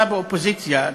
אתה באופוזיציה,